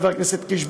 חבר הכנסת קיש,